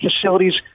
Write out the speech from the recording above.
facilities